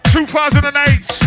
2008